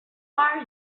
are